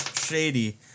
shady